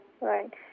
right